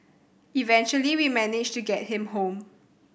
eventually we managed to get him home